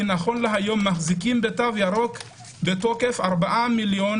נכון להיום מחזיקים בתו ירוק בתוקף 4 מיליון